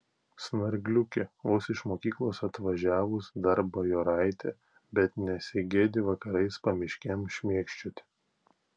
snargliukė vos iš mokyklos atvažiavus dar bajoraitė bet nesigėdi vakarais pamiškėm šmėkščioti